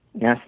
Yes